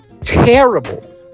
terrible